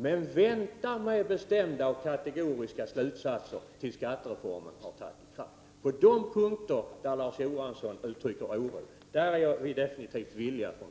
Men vänta med bestämda och kategoriska slutsatser tills skattereformen har trätt i kraft! På de punkter där Larz Johansson uttrycker oro är vi från socialdemokratisk sida definitivt villiga att